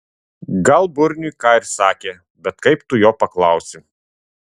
gal burniui ką ir sakė bet kaip tu jo paklausi